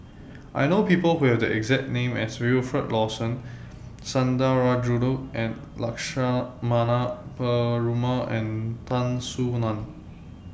I know People Who Have The exact name as Wilfed Lawson Sundarajulu Lakshmana Perumal and Tan Soo NAN